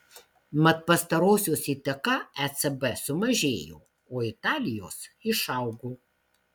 mat pastarosios įtaka ecb sumažėjo o italijos išaugo